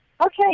Okay